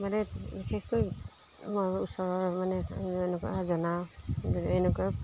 মানে বিশেষকৈ আমাৰ ওচৰৰ মানে এনেকুৱা জনা এনেকুৱা